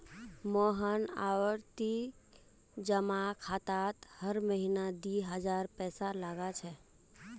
मोहन आवर्ती जमा खातात हर महीना दी हजार पैसा लगा छे